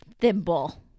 Thimble